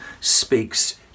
speaks